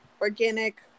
organic